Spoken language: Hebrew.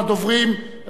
אם ירצה.